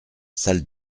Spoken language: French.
salle